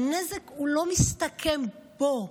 והנזק לא מסתכם בו,